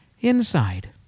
inside